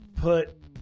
put